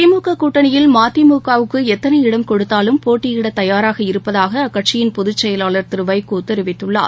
திமுககூட்டணியில் மதிமுவுக்குஎத்தனை இடம் கொடுத்தாலும் போட்டியிடதயாராக இருப்பதாகஅக்கட்சியின் பொகுச் செயலாளர் திருவைகோதெரிவித்துள்ளார்